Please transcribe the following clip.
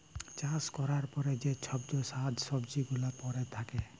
চাষ ক্যরার পরে যে চ্ছব শাক সবজি গুলা পরে থাক্যে